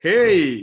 Hey